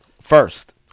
First